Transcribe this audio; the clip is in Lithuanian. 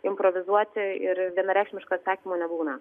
improvizuoti ir vienareikšmiško atsakymo nebūna